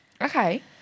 Okay